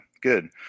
good